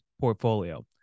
portfolio